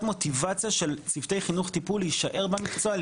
מוטיבציה של צוותי חינוך טיפול להישאר במקצוע.